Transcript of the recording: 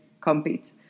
compete